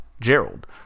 Gerald